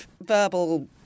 verbal